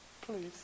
Please